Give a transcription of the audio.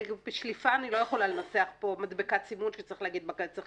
בשליפה אני לא יכולה לנסח פה מדבקת סימון עם מה שצריך